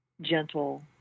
gentle